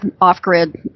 off-grid